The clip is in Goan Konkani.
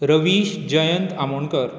रविश जयंत आमोणकर